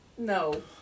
No